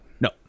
No